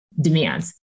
demands